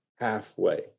halfway